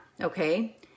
okay